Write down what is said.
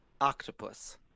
octopus